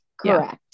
Correct